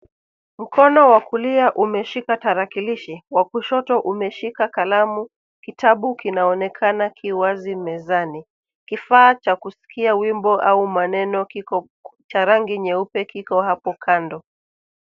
Mkono wa kulia umeshika tarakilishi, wa kushoto umeshika kalamu ,kitabu kinaonekana ki wazi mezani. Kifaa Cha kusikia wimbo Cha rangi nyeupe kipo kando.